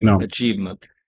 achievement